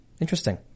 Interesting